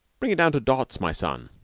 bring it down to dots, my son.